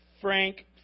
Frank